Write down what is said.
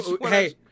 Hey